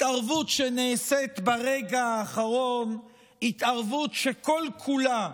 התערבות שנעשית ברגע האחרון, התערבות שכל-כולה